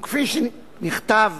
וכפי שנכתב